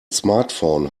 smartphone